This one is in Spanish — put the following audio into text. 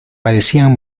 parecían